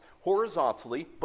horizontally